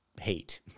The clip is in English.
hate